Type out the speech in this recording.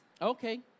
Okay